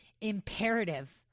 imperative